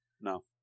No